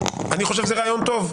זה רעיון טוב.